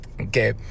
Okay